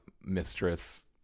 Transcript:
Mistress